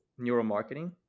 neuromarketing